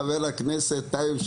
חבר הכנסת טייב,